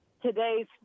today's